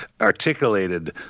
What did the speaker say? articulated